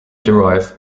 derive